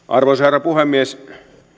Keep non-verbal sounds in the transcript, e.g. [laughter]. [unintelligible] arvoisa herra puhemies